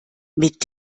mit